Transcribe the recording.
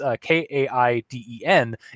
K-A-I-D-E-N